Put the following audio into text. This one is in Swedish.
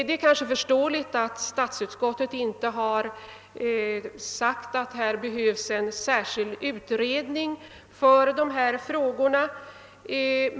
Det är kanske förståeligt att statsutskottet funnit att det inte behövs en särskild utredning.